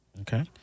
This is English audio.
Okay